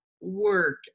work